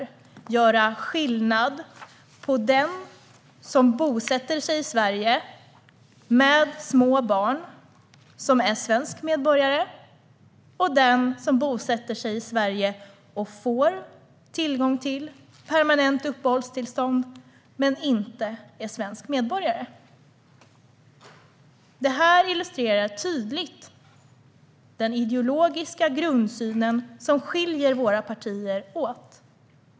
De vill göra skillnad på den som bosätter sig i Sverige med små barn och är svensk medborgare och den som bosätter sig i Sverige och får permanent uppehållstillstånd men inte är svensk medborgare. Det här illustrerar tydligt hur den ideologiska grundsynen skiljer sig åt våra partier emellan.